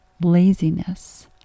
laziness